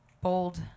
bold